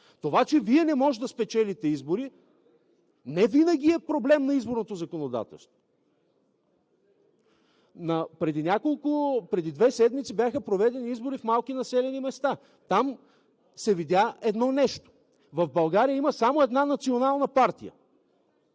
Това че Вие не можете да спечелите избори, невинаги е проблем на изборното законодателство. Преди две седмици бяха проведени избори в малки населени места. Там се видя едно нещо: в България има само една национална партия,